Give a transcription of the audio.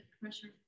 pressure